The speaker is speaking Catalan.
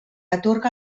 atorga